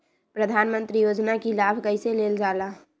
प्रधानमंत्री योजना कि लाभ कइसे लेलजाला?